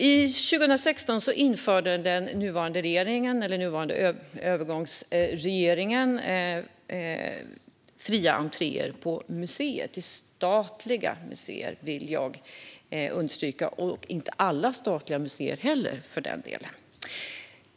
År 2016 införde den dåvarande regeringen, nuvarande övergångsregeringen, fri entré på museer. Det gällde statliga museer, vill jag understryka - och inte alla statliga museer heller, för den delen.